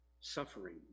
suffering